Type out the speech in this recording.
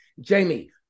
Jamie